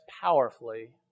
powerfully